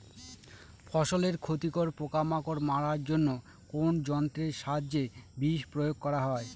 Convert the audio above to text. ফসলের ক্ষতিকর পোকামাকড় মারার জন্য কোন যন্ত্রের সাহায্যে বিষ প্রয়োগ করা হয়?